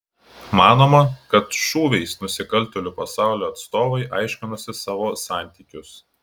manoma kad šūviais nusikaltėlių pasaulio atstovai aiškinosi savo santykius